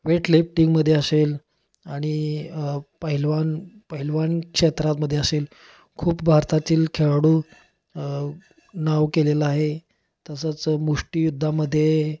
वेटलिफ्टिंगमध्ये असेल आणि पहिलवान पहिलवान क्षेत्रातमध्ये असेल खूप भारतातील खेळाडू नाव केलेलं आहे तसंच मुष्टियुद्धामध्ये